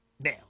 now